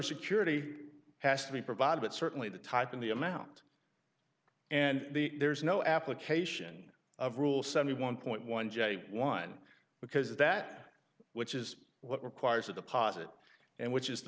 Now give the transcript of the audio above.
security has to be provided but certainly the type in the amount and the there is no application of rule seventy one point one j one because that which is what requires a deposit and which is the